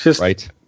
Right